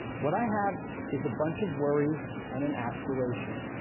what i have is a bunch of worries and an aspiration.